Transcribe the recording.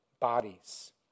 bodies